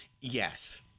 Yes